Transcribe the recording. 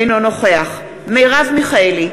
אינו נוכח מרב מיכאלי,